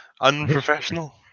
Unprofessional